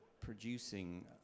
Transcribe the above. producing